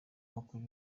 umukuru